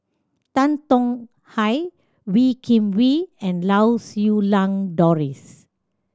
Tan Tong Hye Wee Kim Wee and Lau Siew Lang Doris